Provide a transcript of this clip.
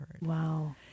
wow